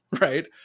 right